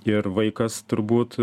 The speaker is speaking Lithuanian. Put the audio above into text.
ir vaikas turbūt